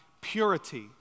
purity